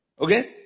Okay